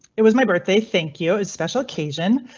it was my birthday. thank you is special occasion.